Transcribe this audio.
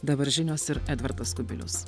dabar žinios ir edvardas kubilius